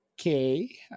okay